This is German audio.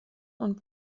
und